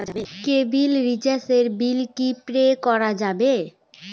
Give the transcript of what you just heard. কেবিলের রিচার্জের বিল কি পে করা যাবে?